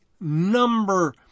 number